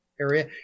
area